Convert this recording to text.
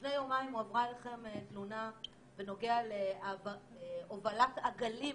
לפני יומיים הועברה אליכם תלונה בנוגע להובלת עגלים